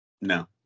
No